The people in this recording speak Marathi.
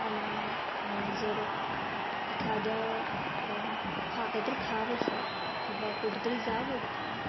मला जर एखाद्या खा काहीतरी खावंसं वाटलं किंवा कुठेतरी जावं वाटलं